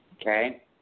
Okay